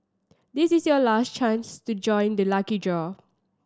this is your last chance to join the lucky draw